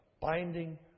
binding